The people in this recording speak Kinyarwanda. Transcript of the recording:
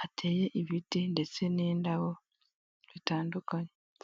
hateye ibiti ndetse n'indabo zitandukanye.